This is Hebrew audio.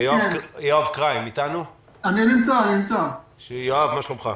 יואב קריים, מה שלומך?